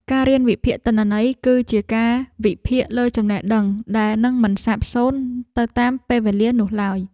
ការរៀនវិភាគទិន្នន័យ គឺជាការវិនិយោគលើចំណេះដឹងដែលនឹងមិនសាបសូន្យទៅតាមពេលវេលានោះឡើយ។